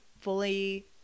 fully